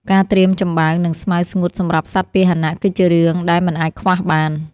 ការត្រៀមចំបើង និងស្មៅស្ងួតសម្រាប់សត្វពាហនៈគឺជារឿងដែលមិនអាចខ្វះបាន។